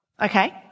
Okay